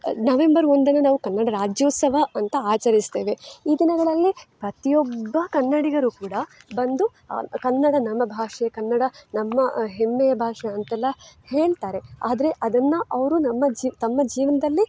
November ಒಂದನ್ನು ನಾವು ಕನ್ನಡ ರಾಜ್ಯೋತ್ಸವ ಅಂತ ಆಚರಿಸ್ತೇವೆ ಈ ದಿನಗಳಲ್ಲಿ ಪ್ರತಿ ಒಬ್ಬ ಕನ್ನಡಿಗರು ಕೂಡ ಬಂದು ಕನ್ನಡ ನಮ್ಮ ಭಾಷೆ ಕನ್ನಡ ನಮ್ಮ ಹೆಮ್ಮೆಯ ಭಾಷೆ ಅಂತೆಲ್ಲ ಹೇಳ್ತಾರೆ ಆದರೆ ಅದನ್ನು ಅವರು ನಮ್ಮ ಜಿ ತಮ್ಮ ಜೀವನದಲ್ಲಿ